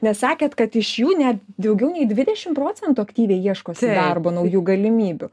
nes sakėt kad iš jų net daugiau nei dvidešimt procentų aktyviai ieškosi darbo naujų galimybių